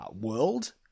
world